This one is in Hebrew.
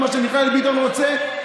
מה שמיכאל ביטון רוצה,